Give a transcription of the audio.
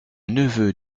neveux